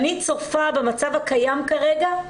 אני צופה במצב הקיים כרגע.